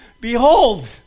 behold